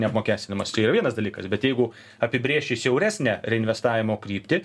neapmokestinamas čia yra vienas dalykas bet jeigu apibrėši siauresnę reinvestavimo kryptį